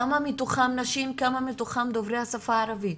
כמה מתוכם נשים כמה מתוכם דוברי השפה הערבית?